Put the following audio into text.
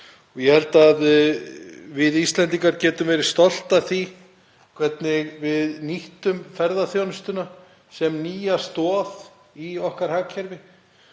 Ég held að við Íslendingar getum verið stolt af því hvernig við nýttum ferðaþjónustuna sem nýja stoð í hagkerfi